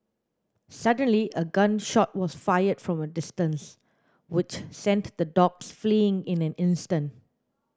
suddenly a gun shot was fired from a distance which sent the dogs fleeing in an instant